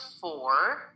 four